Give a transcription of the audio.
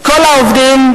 כל העובדים,